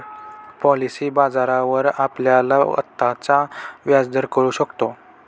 policy बाजारावर आपल्याला आत्ताचा व्याजदर कळू शकतो